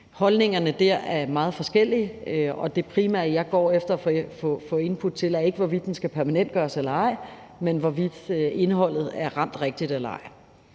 Holdningerne der er meget forskellige, og det primære, jeg går efter at få input til, er ikke, hvorvidt den skal permanentgøres eller ej, men hvorvidt indholdet er ramt rigtigt eller ej.